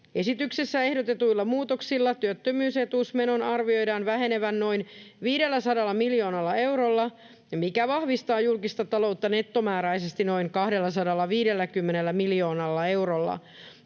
Esityksessä ehdotetuilla muutoksilla työttömyysetuusmenon arvioidaan vähenevän noin 500 miljoonalla eurolla, mikä vahvistaa julkista taloutta nettomääräisesti noin 250 miljoonalla eurolla.